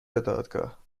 دادگاه